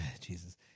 Jesus